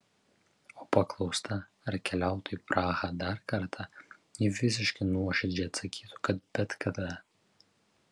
o paklausta ar keliautų į prahą dar kartą ji visiškai nuoširdžiai atsakytų kad bet kada